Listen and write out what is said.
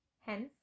Hence